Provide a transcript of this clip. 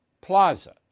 plaza